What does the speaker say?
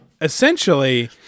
essentially